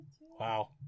Wow